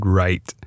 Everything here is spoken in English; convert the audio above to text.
right